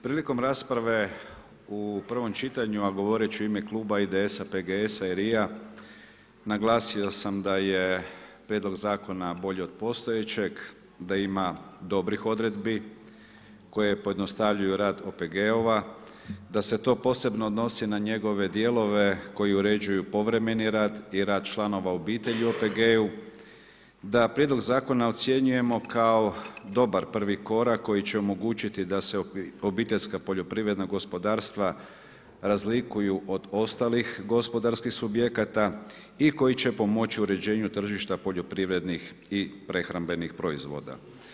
Prilikom rasprave u prvom čitanju, a govoriti ću u ime Kluba IDS-a, PGS-a i LRI-a, naglasio sam da je Prijedlog zakona bolji od postojećeg, da ima dobrih odredbi koje pojednostavljuju rad OPG-ova, da se to posebno odnosi na njegove dijelove koji uređuju povremeni rad i rad članova obitelji u OPG-u, da Prijedlog zakona ocjenjujemo kao dobar prvi korak koji će omogućiti da se OPG-ovi razlikuju od ostalih gospodarskih subjekata i koji će pomoći uređenju tržišta poljoprivrednih i prehrambenih proizvoda.